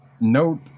note